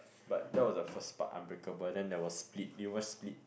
but that was the first part unbreakable then there was split do you watch split